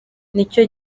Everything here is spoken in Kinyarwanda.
nicyo